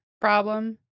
problem